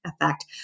effect